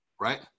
right